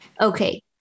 Okay